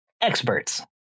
Experts